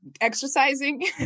exercising